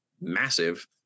massive